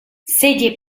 sedie